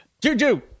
Juju